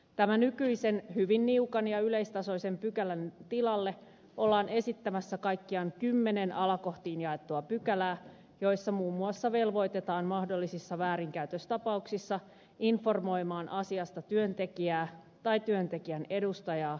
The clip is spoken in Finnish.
tämän nykyisen hyvin niukan ja yleistasoisen pykälän tilalle ollaan esittämässä kaikkiaan kymmenen alakohtiin jaettua pykälää joissa muun muassa velvoitetaan mahdollisissa väärinkäytöstapauksissa informoimaan asiasta työntekijää tai työntekijän edustajaa ja tietosuojavaltuutettua